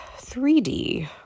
3D